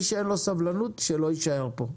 למי שאין סבלנות, שלא יישאר פה.